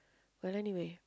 but anyway